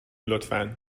لطفا